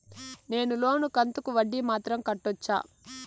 నేను లోను కంతుకు వడ్డీ మాత్రం కట్టొచ్చా?